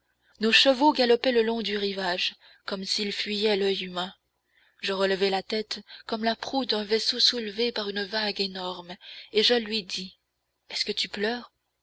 nos chevaux galopaient le long du rivage comme s'ils fuyaient l'oeil humain je relevai la tête comme la proue d'un vaisseau soulevée par une vague énorme et je lui dis est-ce que tu pleures